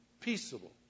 peaceable